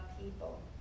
people